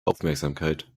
aufmerksamkeit